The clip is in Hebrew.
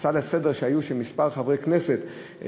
הצעה לסדר של כמה חברי הכנסת,